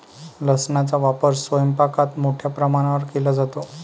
लसणाचा वापर स्वयंपाकात मोठ्या प्रमाणावर केला जातो